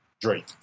Drake